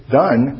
done